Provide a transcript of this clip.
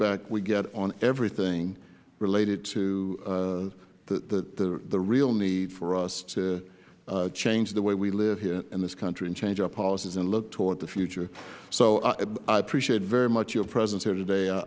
back we get on everything related to the real need for us to change the way we live here in this country and change our policies and look toward the future so i appreciate very much your presence here today i